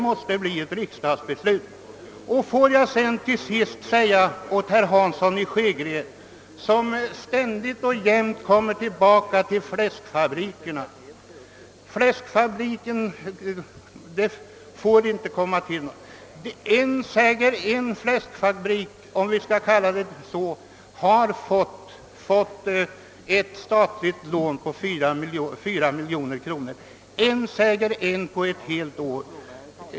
Låt mig till sist säga till herr Hansson i Skegrie som ständigt och jämt återkommer till frågan om fläskfabrikerna — om vi nu skall kalla dem så — att endast en sådan fabrik har fått ett, säger ett, statligt lån på 4 miljoner kronor på ett helt år.